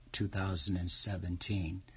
2017